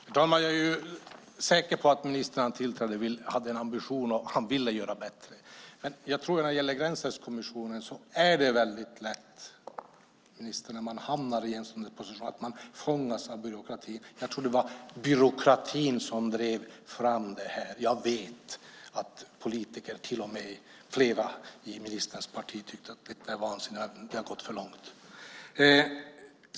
Herr talman! Jag är säker på att ministern när han tillträdde hade en ambition att göra något bättre. Men när det gäller Gränsälvskommissionen är det väldigt lätt, ministern, när man hamnar i en sådan position att man fångas av byråkratin. Jag tror att det var byråkratin som drev fram detta. Jag vet att politiker, till och mer flera i ministerns parti, tycker att detta är vansinne och har gått för långt.